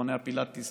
מכוני הפילאטיס,